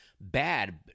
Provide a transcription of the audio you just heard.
bad